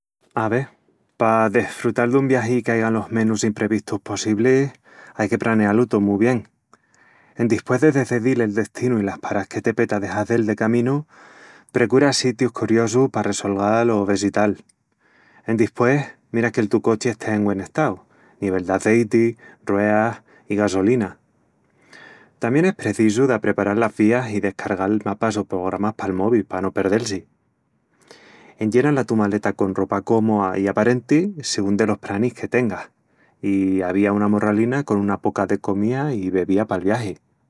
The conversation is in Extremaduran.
Ave... pa desfrutal dun viagi i qu'aigan los menus imprevistus possiblis, ai que praneá-lu tó mu bien. Endispués de decedil el destinu i las parás que te peta de hazel de caminu, precura sitius curiosus pa resolgal o vesital. Endispués, mira qu'el tu cochi estea en güen estau: nivel d'azeiti, rueas i gasolina. Tamién es precisu d'apreparal las vías i descargal mapas o pogramas pal mobi pa no perdel-si. Enllena la tu maleta con ropa cómoa i aparenti sigún delos pranis que tengas, i avía una morralina con una poca de comía i bebía pal viagi.